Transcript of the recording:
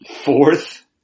fourth